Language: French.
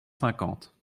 cinquante